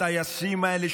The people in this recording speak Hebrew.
הטייסים האלה,